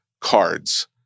cards